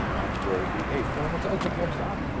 unrolled the apron she had carried.